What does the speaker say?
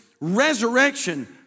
resurrection